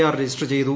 R register ചെയ്തു